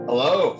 Hello